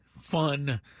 fun